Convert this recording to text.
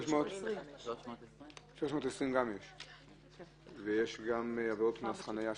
שזה 320. יש גם עבירות קנס על חניה,